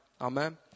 Amen